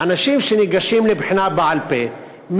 אנשים שניגשים לבחינה בעל-פה,